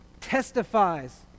testifies